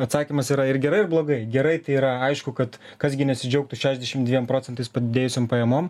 atsakymas yra ir gerai ir blogai gerai tai yra aišku kad kas gi nesidžiaugtų šešiasdešim dviem procentais padidėjusiom pajamom